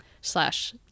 slash